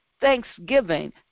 thanksgiving